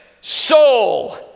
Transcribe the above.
soul